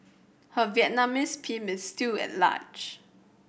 her Vietnamese pimp is still at large